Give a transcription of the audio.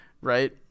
right